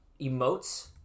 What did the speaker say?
emotes